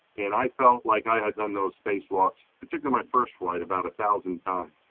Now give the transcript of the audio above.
and i felt like i had done those spacewalks, but took them my first flight about a thousand times.